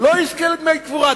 לא יזכה לדמי קבורה.